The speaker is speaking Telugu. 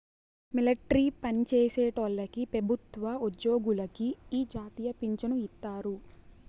మిలట్రీ పన్జేసేటోల్లకి పెబుత్వ ఉజ్జోగులకి ఈ జాతీయ పించను ఇత్తారు